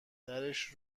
درش